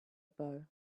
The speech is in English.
bow